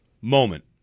moment